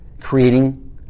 creating